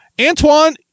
Antoine